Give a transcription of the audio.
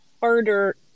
harder